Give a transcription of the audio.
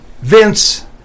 Vince